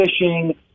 fishing